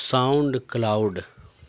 sound cloud